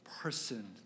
person